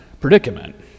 predicament